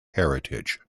heritage